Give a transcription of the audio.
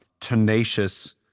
tenacious